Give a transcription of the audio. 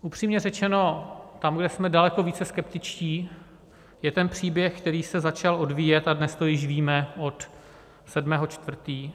Upřímně řečeno, tam, kde jsme daleko více skeptičtí, je ten příběh, který se začal odvíjet a dnes to již víme od 7. 4.